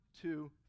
two